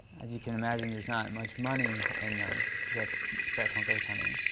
as you can imagine, there's not much money in the professional ghost hunting.